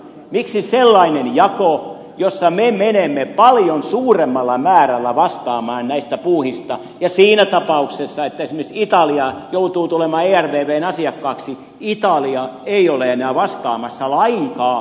miksi sellainen jako jossa me menemme paljon suuremmalla määrällä vastaamaan näistä puuhista ja siinä tapauksessa että esimerkiksi italia joutuu tulemaan ervvn asiakkaaksi italia ei ole enää vastaamassa lainkaan